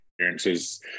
experiences